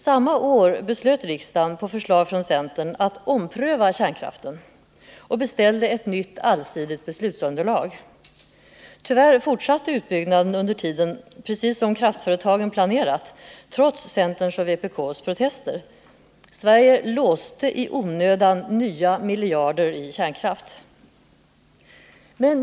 Samma år beslöt riksdagen på förslag från centern att ompröva kärnkraften och beställde ett nytt allsidigt beslutsunderlag. Tyvärr fortsatte utbyggnaden under tiden precis som kraftföretagen planerat, trots centerns och vpk:s protester. Sverige låste i onödan nya miljarder i kärnkraft.